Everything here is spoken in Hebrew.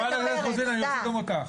אני אוציא גם אותך.